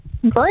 Great